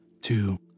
Two